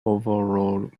overall